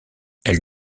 elles